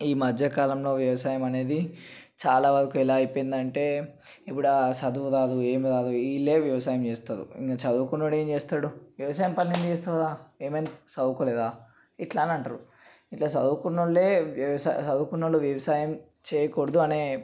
ఈ మధ్య కాలంలో వ్యవసాయం అనేది చాలా వరకు ఎలా అయిపోయిందంటే ఇప్పుడా ఆ సదువు రాదు ఏమీ రాదు వీళ్ళే వ్యవసాయం చేస్తారు ఇంకా చదువుకున్నవాడు ఏం చేస్తాడు వ్యవసాయం పనులు ఎందుకు చేస్తావురా ఏమైంది చదువుకోలేదా ఇట్లా అని అంటారు ఇట్లా చదువుకున్నవాళ్ళే వ్యవసాయం చదువుకున్నవాళ్ళు వ్యవసాయం చేయకూడదు అనే